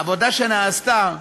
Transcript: העבודה שנעשתה,